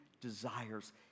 desires